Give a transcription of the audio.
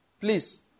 Please